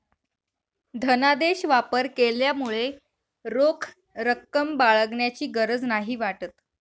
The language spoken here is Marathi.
धनादेश वापर केल्यामुळे रोख रक्कम बाळगण्याची गरज नाही वाटत